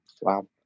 Wow